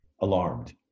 alarmed